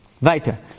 weiter